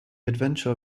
adventure